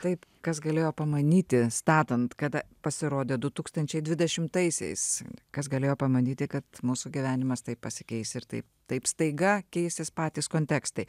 taip kas galėjo pamanyti statant kada pasirodė du tūkstančiai dvidešimtaisiais kas galėjo pamanyti kad mūsų gyvenimas taip pasikeis ir taip taip staiga keisis patys kontekstai